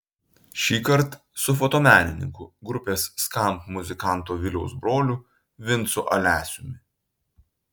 šįkart su fotomenininku grupės skamp muzikanto viliaus broliu vincu alesiumi